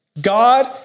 God